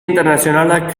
internazionalak